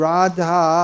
Radha